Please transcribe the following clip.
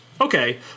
okay